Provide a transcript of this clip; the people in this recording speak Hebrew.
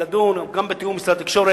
לדון גם בתיאום עם משרד התקשורת,